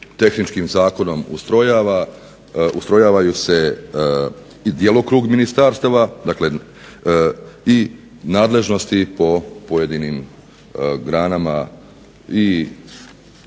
tehničkim zakonom ustrojava, ustrojava se i djelokrug ministarstva, dakle i nadležnosti po pojedinim granama i